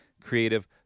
creative